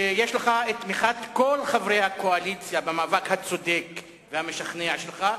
שיש לך תמיכת כל חברי הקואליציה במאבק הצודק והמשכנע שלך.